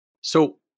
So-